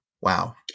wow